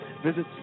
Visit